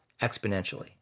exponentially